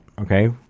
okay